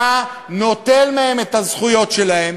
אתה נוטל מהם את הזכויות שלהם,